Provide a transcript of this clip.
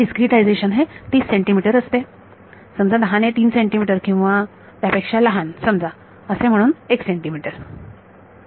तर आपले डीस्क्रीटायझेशन हे 30 सेंटीमीटर असते समजा 10 ने 3 सेंटीमीटर किंवा त्यापेक्षा लहान समजा असे म्हणूया 1 सेंटीमीटर